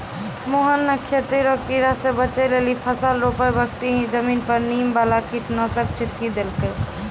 मोहन नॅ खेती रो कीड़ा स बचै लेली फसल रोपै बक्ती हीं जमीन पर नीम वाला कीटनाशक छिड़की देलकै